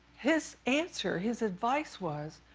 his answer his advice was